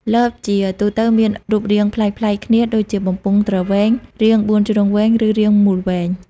លបជាទូទៅមានរូបរាងប្លែកៗគ្នាដូចជាបំពង់ទ្រវែង រាងបួនជ្រុងវែង ឬរាងមូលវែង។